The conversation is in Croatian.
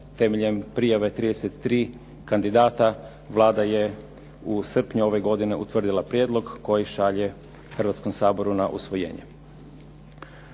temeljem prijave 33 kandidata. Vlada je u srpnju ove godine utvrdila prijedlog koji šalje Hrvatskom saboru na usvojenje.